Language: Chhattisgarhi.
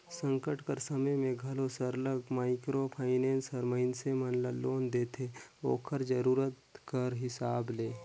संकट कर समे में घलो सरलग माइक्रो फाइनेंस हर मइनसे मन ल लोन देथे ओकर जरूरत कर हिसाब ले